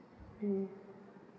mm